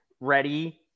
ready